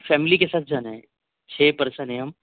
family کے ساتھ جانا ہے چھ پرسن ہیں ہم